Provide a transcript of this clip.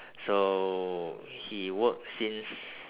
so he work since